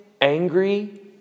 angry